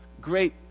great